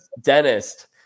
dentist